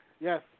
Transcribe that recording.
yes